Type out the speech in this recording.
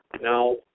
Now